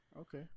Okay